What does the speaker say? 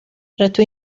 rydw